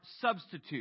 substitute